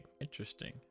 interesting